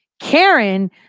Karen